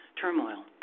turmoil